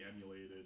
emulated